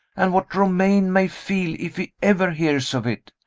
and what romayne may feel if he ever hears of it?